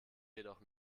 jedoch